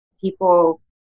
People